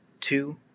two